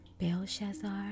Belshazzar